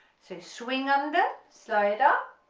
so swing under, slide up,